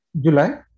July